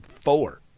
four